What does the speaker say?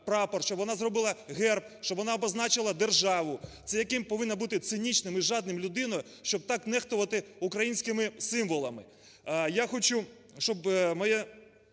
щоб вона зробила герб, щоб вона обозначила державу. Це якою повинен бути цинічною і жадною людиною, щоб так нехтувати українськими символами.